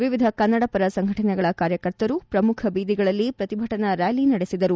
ವಿವಿಧ ಕನ್ನಡ ಪರ ಸಂಘಟನೆಗಳ ಕಾರ್ಯಕರ್ತರು ಪ್ರಮುಖ ಬೀದಿಗಳಲ್ಲಿ ಪ್ರತಿಭಟನಾ ರ್ನಾಲಿ ನಡೆಸಿದರು